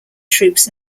troops